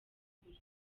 ukuri